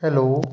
hello